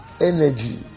energy